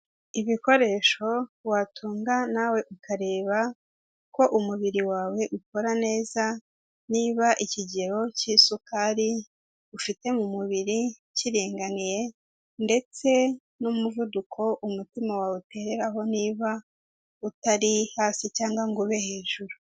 Ibikoresho watunga nawe ukareba ko umubiri wawe ukora neza, niba ikigero cy'isukari ufite mu mubiri kiringaniye ndetse n'umuvuduko umutima wawe utereraho niba utari hasi cyangwa ngo ube hejuru.